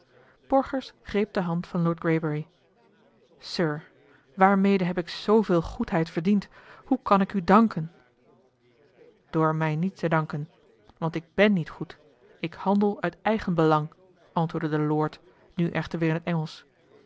borgers greep de hand van lord greybury sir waarmede heb ik zooveel goedheid verdiend hoe kan ik u danken door mij niet te bedanken want ik ben niet goed ik handel uit eigenbelang antwoordde de lord nu echter weer in het